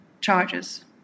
charges